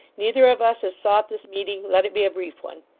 neither of us has sought this meeting. let it be a brief one.